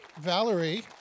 Valerie